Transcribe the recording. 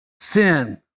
sin